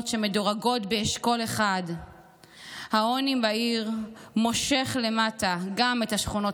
שמדורגות באשכול 1. העוני בעיר מושך למטה גם את השכונות